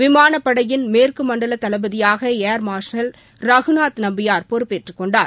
விமானப்படையின் மேற்குமண்டல தளபதியாக ஏர்மார்ஷல் நம்பியார் ரகுநாத் பொறுப்பேற்றுக் கொண்டார்